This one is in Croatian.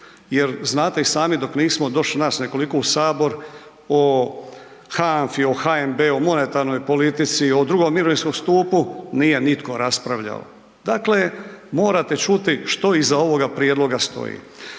jer znate i sami dok nismo došli nas nekoliko u Sabor o HANFA-i, HNB-u, monetarnoj politici, o II mirovinskom stupu nije nitko raspravljao, dakle morate čuti što iza ovoga prijedloga stoji.